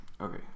Okay